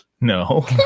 No